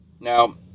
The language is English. Now